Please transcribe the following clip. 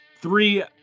three